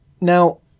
Now